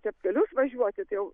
čepkelius važiuoti tai jau